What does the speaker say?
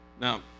now